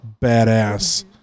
badass